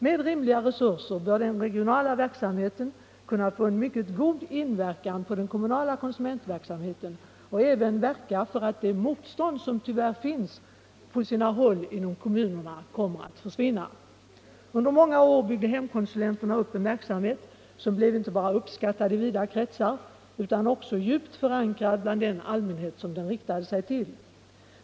Med rimliga resurser bör den regionala verksamheten kunna få en mycket god inverkan på den kommunala konsumentverksamheten och även verka för att det motstånd som tyvärr finns mot denna på sina håll inom kommunerna kommer att försvinna. Under många år byggde hemkonsulenterna upp en verksamhet som blev inte bara uppskattad i vida kretsar utan också djupt förankrad bland den allmänhet som den riktade sig till.